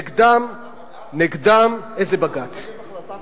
אתה נגד החלטת הבג"ץ, ניצן?